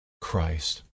Christ